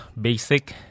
basic